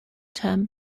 term